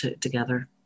together